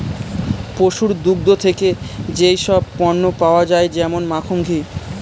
পশুর দুগ্ধ থেকে যেই সব পণ্য পাওয়া যায় যেমন মাখন, ঘি